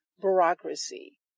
bureaucracy